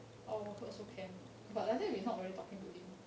oh also can but like that we not really talking to him